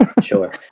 sure